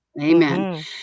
Amen